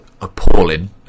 appalling